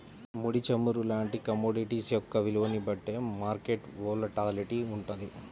ముడి చమురు లాంటి కమోడిటీస్ యొక్క విలువని బట్టే మార్కెట్ వోలటాలిటీ వుంటది